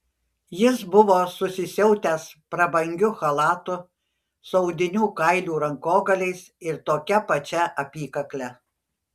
jis buvo susisiautęs prabangiu chalatu su audinių kailių rankogaliais ir tokia pačia apykakle